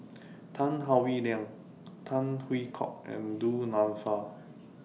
Tan Howe Liang Tan Hwee Hock and Du Nanfa